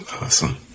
Awesome